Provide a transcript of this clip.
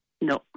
No